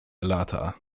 lata